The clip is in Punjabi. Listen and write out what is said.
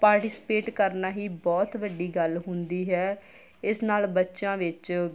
ਪਾਰਟੀਸਪੇਟ ਕਰਨਾ ਹੀ ਬਹੁਤ ਵੱਡੀ ਗੱਲ ਹੁੰਦੀ ਹੈ ਇਸ ਨਾਲ ਬੱਚਿਆਂ ਵਿੱਚ